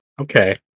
Okay